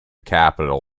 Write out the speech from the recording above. capital